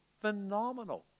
phenomenal